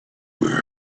where